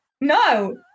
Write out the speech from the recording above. No